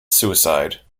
suicide